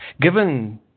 given